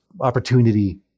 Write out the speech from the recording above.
opportunity